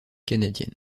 canadienne